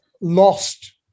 Lost